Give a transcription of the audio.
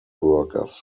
workers